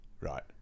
right